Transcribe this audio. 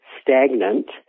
stagnant